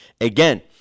Again